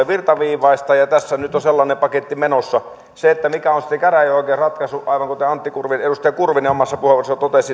virtaviivaistaa tässä nyt on sellainen paketti menossa se mikä on sitten käräjäoikeuden ratkaisu aivan kuten edustaja kurvinen omassa puheenvuorossaan totesi